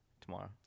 Tomorrow